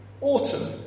autumn